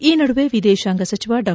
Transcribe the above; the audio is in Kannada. ಈ ನಡುವೆ ವಿದೇಶಾಂಗ ಸಚಿವ ಡಾ